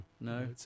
No